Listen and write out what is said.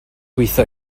gweithio